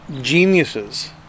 geniuses